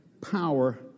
power